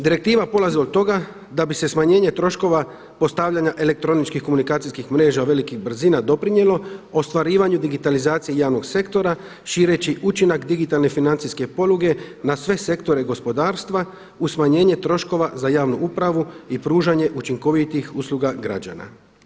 Direktiva polazi od toga da bi se smanjenje troškova postavljanja elektroničkih komunikacijskih mreža velikih brzina doprinijelo ostvarivanju digitalizacije javnog sektora šireći učinak digitalne financijske poluge na sve sektore gospodarstva uz smanjenje troškova za javnu upravu i pružanje učinkovitih usluga građana.